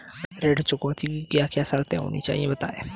ऋण चुकौती की क्या क्या शर्तें होती हैं बताएँ?